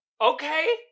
Okay